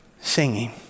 singing